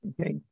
Okay